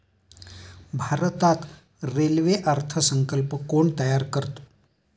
भारतात रेल्वे अर्थ संकल्प कोण तयार करतं?